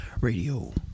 radio